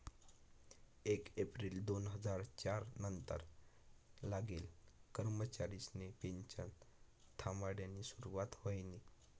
येक येप्रिल दोन हजार च्यार नंतर लागेल कर्मचारिसनी पेनशन थांबाडानी सुरुवात व्हयनी